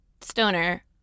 Stoner